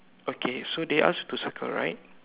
okay so they asked to circle right